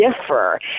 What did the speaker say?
differ